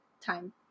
time